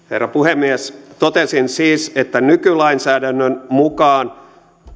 herra puhemies totesin siis että nykylainsäädännön mukaan